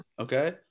okay